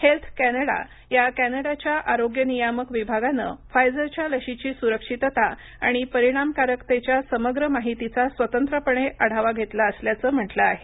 health Canada या कॅनडाच्या आरोग्य नियामक विभागानं फायझरच्या लशीची सुरक्षितता आणि परिणामकारकतेच्या समग्र माहितीचा स्वतंत्रपणे आढावा घेतला असल्याचं म्हटलं आहे